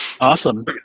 Awesome